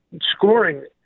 scoring